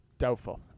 Doubtful